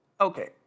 Okay